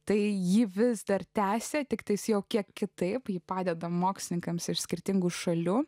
tai ji vis dar tęsia tiktais jau kiek kitaip ji padeda mokslininkams iš skirtingų šalių